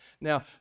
Now